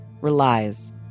relies